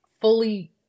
fully